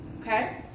Okay